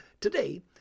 today